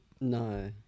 No